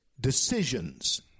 decisions